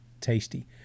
tasty